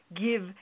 give